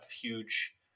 huge